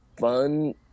fun